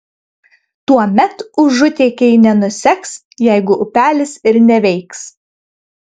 tuomet užutėkiai nenuseks jeigu upelis ir neveiks